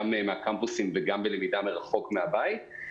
גם מהקמפוסים וגם בלמידה מרחוק מהבית.